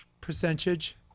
percentage